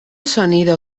sonido